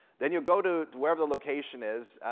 then you'll go to wherever the location is.